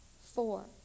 four